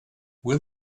will